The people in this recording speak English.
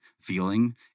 feeling